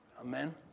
Amen